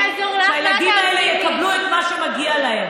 אני אעזור לך ואת תעזרי לי.) שהילדים האלה יקבלו את מה שמגיע להם.